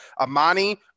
Amani